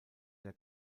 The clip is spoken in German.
der